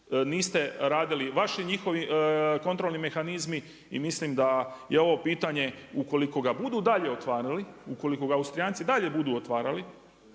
niste radili, vaši i njihovi kontrolni mehanizmi. I mislim da je ovo pitanje ukoliko ga budu dalje otvarali, ukoliko ga Austrijanci dalje budu otvarali,